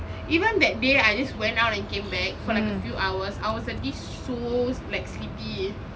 even that day I just went out and came back for like a few hours I was suddenly so like sleepy